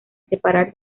separar